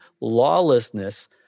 lawlessness